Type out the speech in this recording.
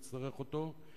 אם תצטרך אותו,